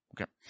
Okay